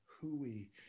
hooey